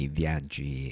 viaggi